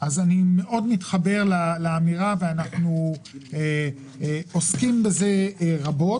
אני מאוד מתחבר לאמירה ואנחנו עוסקים בזה רבות.